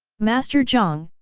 master jiang,